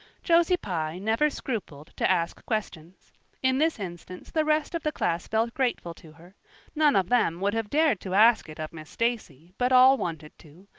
josie pye never scrupled to ask questions in this instance the rest of the class felt grateful to her none of them would have dared to ask it of miss stacy, but all wanted to,